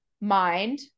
mind